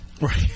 Right